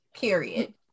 period